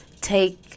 take